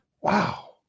wow